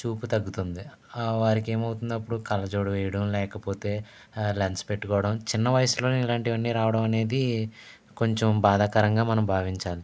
చూపు తగ్గుతుంది వారికేమవుతుంది అప్పుడు కళ్ళజోడు వేయడం లేకపోతే లెన్స్ పెట్టుకొవడం చిన్న వయసులోనే ఇలాంటివన్నీ రావడం అనేది కొంచెం బాధాకరంగా మనం భావించాలి